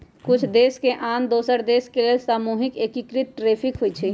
कुछ देश के आन दोसर देश के लेल सामूहिक एकीकृत टैरिफ होइ छइ